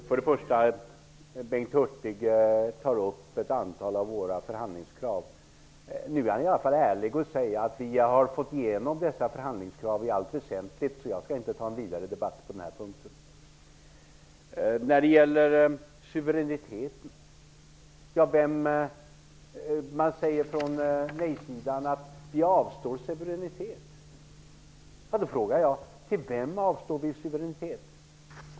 Herr talman! Bengt Hurtig tog upp ett antal av våra förhandlingskrav. Nu är han i alla fall ärlig och säger att vi har fått igenom dessa förhandlingskrav i allt väsentligt, så han tänker inte vidare debattera den här punkten. Man säger från nej-sidan att vi avstår suveränitet. Då frågar jag: Till vem avstår vi suveränitet?